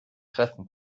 treffen